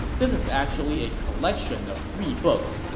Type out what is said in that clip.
this is actually a collection of three books,